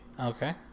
Okay